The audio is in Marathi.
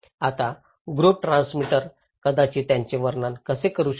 आता ग्रुप ट्रान्समीटर कदाचित त्याचे वर्णन कसे करू शकेल